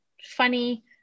funny